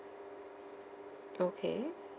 okay